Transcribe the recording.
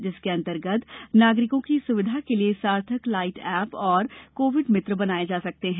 जिसके अंतर्गत नागरिकों की सुविधा के लिये सार्थक लाइट एप और कोविड मित्र बनाए जा सकते हैं